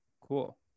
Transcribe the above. cool